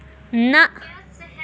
نہ